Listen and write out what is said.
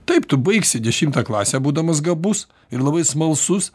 taip tu baigsi dešimtą klasę būdamas gabus ir labai smalsus